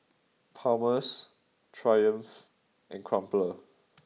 Palmer's Triumph and Crumpler